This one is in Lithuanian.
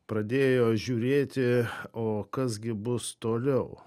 pradėjo žiūrėti o kas gi bus toliau